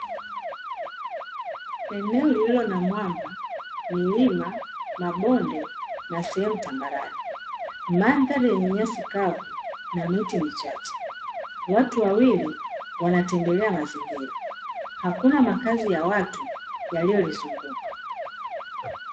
Eneo lililo na mwamba, milima, mabonde na sehemu tambarare. Mandhari yenye nyasi kavu na miti michache. Watu wawili wanatembelea mazingira. Hakuna makazi ya watu yaliolizunguka.